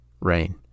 rain